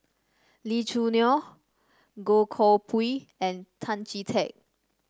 Lee Choo Neo Goh Koh Pui and Tan Chee Teck